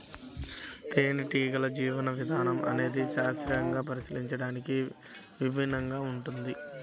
తేనెటీగల జీవన విధానం అనేది శాస్త్రీయంగా పరిశీలించడానికి విభిన్నంగా ఉంటుంది